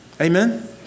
Amen